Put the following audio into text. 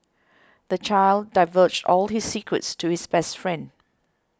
the child divulged all his secrets to his best friend